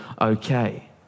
okay